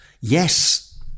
Yes